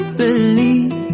believe